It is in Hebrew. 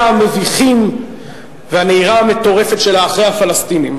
המביכים והנהירה המטורפת שלה אחרי הפלסטינים.